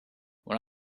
when